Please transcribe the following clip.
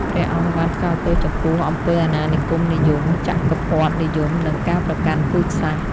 ព្រះអង្គបានថ្កោលទោសចំពោះអំពើអាណានិគមនិយម ចក្រពត្តិនិយម និងការប្រកាន់ពូជសាសន៍។